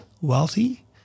wealthy